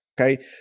Okay